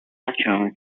afternoon